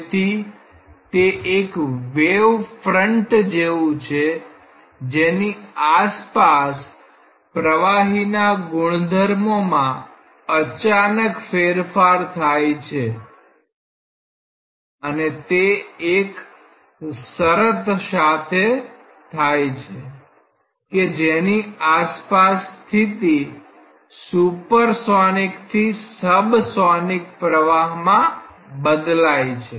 તેથી તે એક વેવ ફ્રન્ટ જેવુ છે જેની આસપાસ પ્રવાહીના ગુણધર્મોમાં અચાનક ફેરફાર થાય છે અને તે એક શરત સાથે થાય છે કે જેની આસપાસ સ્થિતિ સુપરસોનિકથી સબસોનિક પ્રવાહમાં બદલાય છે